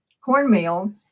cornmeal